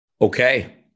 Okay